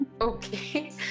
Okay